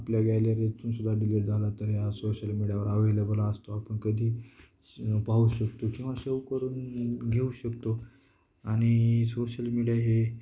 आपल्या गॅलरीतूनसुद्धा डिलीट झाला तरी या सोशल मीडियावर अव्लेबल असतो आपण कधी पाहू शकतो किंवा शेव करून घेऊ शकतो आणि सोशल मीडिया हे